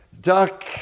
duck